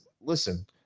listen